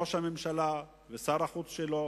ראש הממשלה, ועשה שר החוץ שלו,